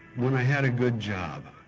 when i had a good job,